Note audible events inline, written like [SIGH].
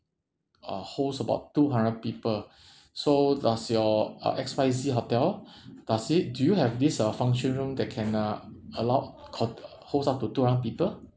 uh host about two hundred people [BREATH] so does your uh X Y Z hotel [BREATH] does it do you have this uh function room that can uh allow co~ uh host up to two hundred people